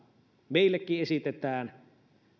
meillekin esitetään